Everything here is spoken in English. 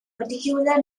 particular